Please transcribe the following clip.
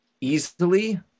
easily